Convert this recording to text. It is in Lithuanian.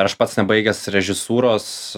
aš pats nebaigęs režisūros